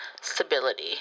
stability